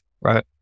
right